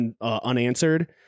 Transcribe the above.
unanswered